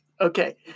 okay